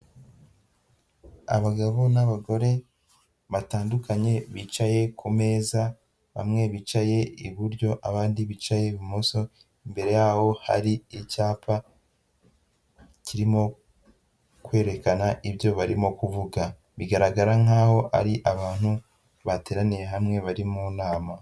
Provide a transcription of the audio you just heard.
Abagabo n'abagore batandukanye bicaye ku meza, bamwe bicaye iburyo abandi bicaye ibumoso, imbere yaho hari icyapa kirimo kwerekana ibyo barimo kuvuga, bigaragara nk'aho ari abantu bateraniye hamwe bari mu nama.